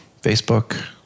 Facebook